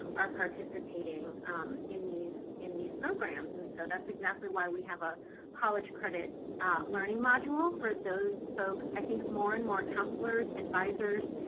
are participating in these in these programs, and so that's exactly why we have a college credit learning module for those folks. i think more and more counselors, advisers,